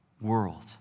world